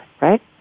right